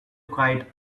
kite